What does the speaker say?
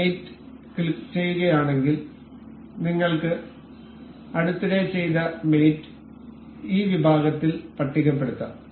mate ക്ലിക്കുചെയ്യുകയാണെങ്കിൽ നിങ്ങൾ അടുത്തിടെ ചെയ്ത മേറ്റ് ഈ വിഭാഗത്തിൽ പട്ടികപ്പെടുത്താം